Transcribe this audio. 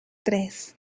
tres